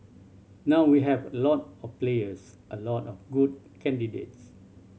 now we have a lot of players a lot of good candidates